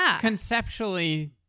conceptually